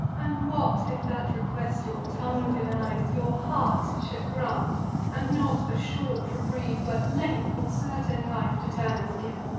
and what if that request, your tongue denies, your heart should grant and not a short reprieve, but length of certain life, to turnus give?